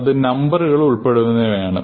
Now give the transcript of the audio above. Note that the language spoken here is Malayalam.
അത് നമ്പറുകൾ ഉൾപ്പെടുന്നവയാണ്